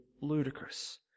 ludicrous